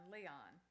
Leon